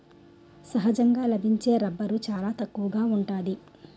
సహజంగా లభించే రబ్బరు చాలా తక్కువగా ఉంటాది